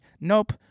Nope